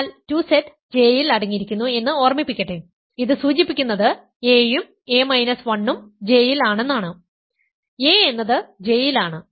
എന്നാൽ 2Z J ൽ അടങ്ങിയിരിക്കുന്നു എന്ന് ഓർമ്മിപ്പിക്കട്ടെ ഇതു സൂചിപ്പിക്കുന്നത് a യും a 1 ഉo J ൽ ആണെന്നാണ് a എന്നത് J ൽ ആണ്